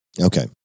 Okay